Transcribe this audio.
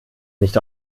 nicht